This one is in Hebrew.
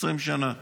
עשרים שנה.